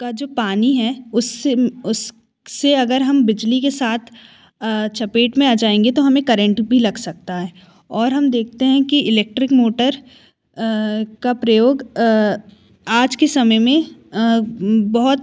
का जो पानी है उससे उससे अगर हम बिजली के साथ चपेट में आ जाएंगे तो हमें करेंट भी लग सकता है और हम देखते हैं कि इलेक्ट्रिक मोटर का प्रयोग आज के समय में बहुत